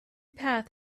path